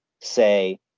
say